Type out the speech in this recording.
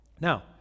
Now